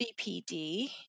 BPD